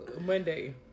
Monday